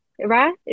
right